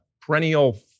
perennial